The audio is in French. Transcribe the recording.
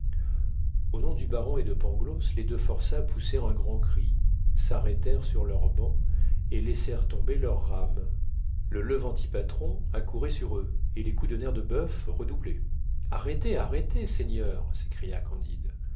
au nom du baron et de pangloss les deux forçats poussèrent un grand cri s'arrêtèrent sur leur banc et laissèrent tomber leurs rames le levanti patron accourait sur eux et les coups de nerf de boeuf redoublaient arrêtez arrêtez seigneur s'écria candide